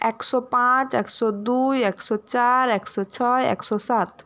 একশো পাঁচ একশো দুই একশো চার একশো ছয় একশো সাত